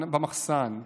במחסן,